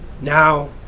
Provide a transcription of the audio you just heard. Now